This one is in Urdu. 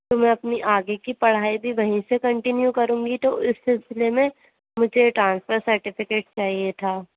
تو میں اپنی آگے کی پڑھائی بھی وہیں سے کنٹینو کروں گی تو اِس سلسلے میں مجھے ٹرانسفر سرٹیفیکیٹ چاہیے تھا